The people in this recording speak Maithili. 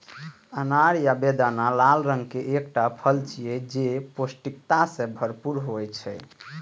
अनार या बेदाना लाल रंग के एकटा फल छियै, जे पौष्टिकता सं भरपूर होइ छै